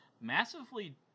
Massively